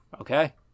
Okay